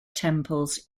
temples